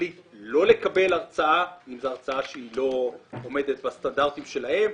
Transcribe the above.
להחליט לא לקבל הרצאה אם זו הרצאה שלא עומדת בסטנדרטים שלהם.